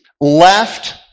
left